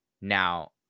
now